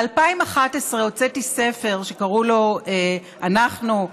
ב-2011 הוצאתי ספר שקראו לו "אנחנו",